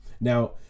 now